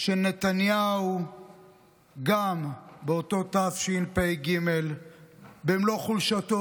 של נתניהו גם באותה תשפ"ג במלוא חולשתו.